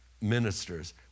ministers